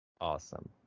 Awesome